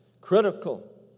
Critical